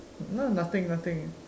no nothing nothing